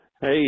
Hey